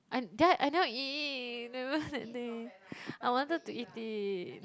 I did I I never eat never that day I wanted to eat it